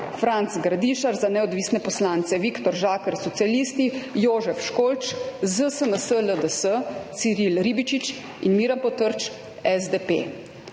Franc Gradišar za neodvisne poslance; Viktor Žakelj Socialisti; Jožef Školč ZSMS, LDS; Ciril Ribičič in Miran Potrč SDP.